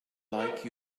like